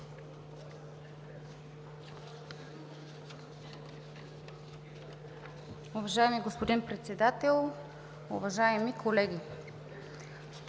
Уважаеми, господин Председател, уважаеми колеги!